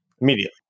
Immediately